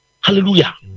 Hallelujah